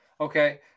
Okay